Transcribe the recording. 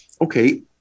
Okay